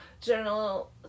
general